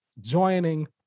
joining